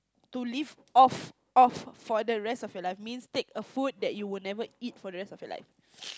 to leave off off for the rest of your life means take a food that you never eat for the rest of your life